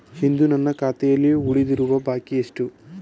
ಇಂದು ನನ್ನ ಖಾತೆಯಲ್ಲಿ ಉಳಿದಿರುವ ಬಾಕಿ ಎಷ್ಟು?